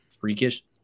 freakish